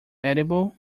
edible